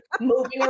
moving